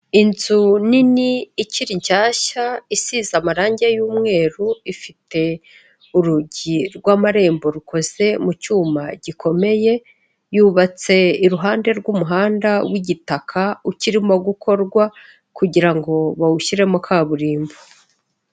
Inzu nini ikiri nshyashya isize amarangi y'umweru, ifite urugi rw'amarembo rukoze mu cyuma gikomeye, yubatse iruhande rw'umuhanda w'igitaka ukirimo gukorwa kugira ngo bawushyiremo kaburimbo.